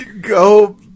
go